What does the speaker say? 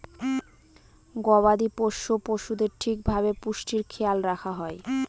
গবাদি পোষ্য পশুদের ঠিক ভাবে পুষ্টির খেয়াল রাখা হয়